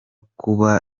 kuba